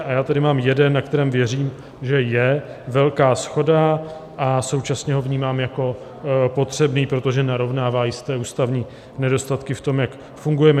A já tady mám jeden, na kterém věřím, že je velká shoda, a současně ho vnímám jako potřebný, protože narovnává jisté ústavní nedostatky v tom, jak fungujeme.